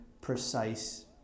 precise